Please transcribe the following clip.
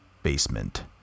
basement